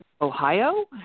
Ohio